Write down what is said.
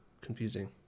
Confusing